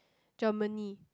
Germany